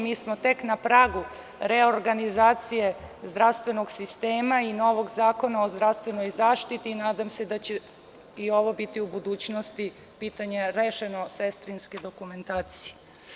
Mi smo tek na pragu reorganizacije zdravstvenog sistema i novog Zakona o zdravstvenoj zaštiti i nadam se da će i ovo biti u budućnosti pitanje rešeno sestrinske dokumentacije.